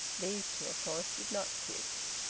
these two of course did not kiss.